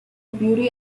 beauty